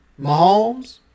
Mahomes